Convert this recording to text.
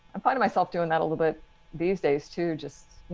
um find myself doing that a little bit these days too just,